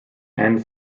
end